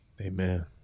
Amen